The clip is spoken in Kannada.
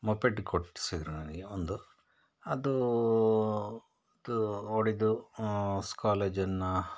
ಮೊಪ್ಪೆಟ್ ಕೊಡ್ಸಿದ್ರು ನನಗೆ ಒಂದು ಅದು ಥೂ ಓಡಿದ್ದು ಸ್ ಕಾಲೇಜನ್ನು